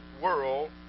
world